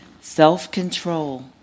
Self-control